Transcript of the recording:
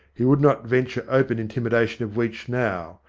he would not venture open intimidation of weech now,